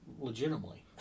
legitimately